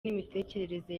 n’imitekerereze